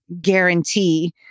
guarantee